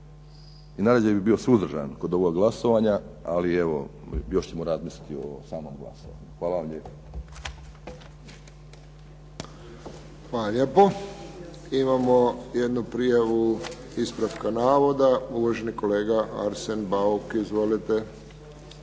i najdraže bi bio suzdržan kod ovog glasovanja, ali evo još ćemo razmisliti o samom glasanju. Hvala vam lijepo. **Friščić, Josip (HSS)** Hvala lijepo. Imamo jednu prijavu ispravaka navoda, uvaženi kolega Arsen Bauk. Izvolite.